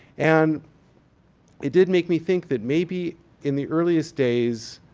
and it did make me think that maybe in the earliest days.